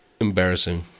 Embarrassing